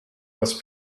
was